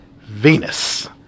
Venus